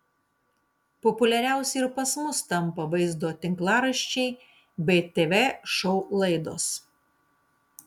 populiariausi ir pas mus tampa vaizdo tinklaraščiai bei tv šou laidos